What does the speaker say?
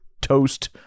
toast